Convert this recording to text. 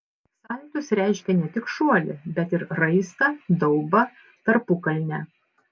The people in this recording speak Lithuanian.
saltus reiškia ne tik šuolį bet ir raistą daubą tarpukalnę